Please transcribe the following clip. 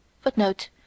Footnote